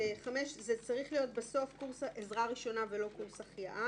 ואחר כך בנוסח אנחנו כבר